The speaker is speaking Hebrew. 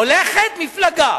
הולכת מפלגה